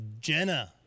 Jenna